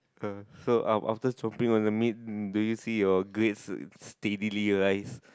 uh so um after chopping on the meat do you see your grades steadily rise